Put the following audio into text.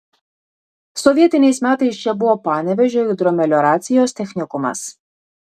sovietiniais metais čia buvo panevėžio hidromelioracijos technikumas